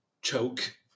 Choke